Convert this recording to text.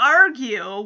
argue